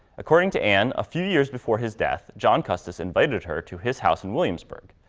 according to anne, a few years before his death, john custis invited her to his house in williamsburg.